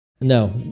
No